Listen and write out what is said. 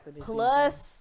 Plus